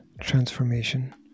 transformation